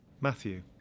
Matthew